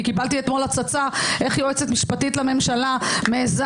כי קיבלתי אתמול הצצה איך יועצת משפטית לממשלה מעזה